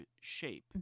shape